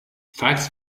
facts